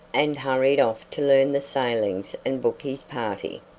and hurried off to learn the sailings and book his party.